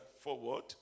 forward